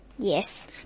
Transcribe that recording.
Yes